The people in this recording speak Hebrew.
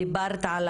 דיברת על